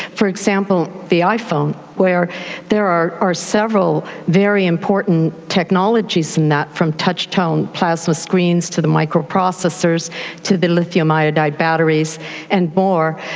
for example, the iphone, where there are are several very important technologies in that, from touch-tone plasma screens to the microprocessors to the lithium iodide batteries and more,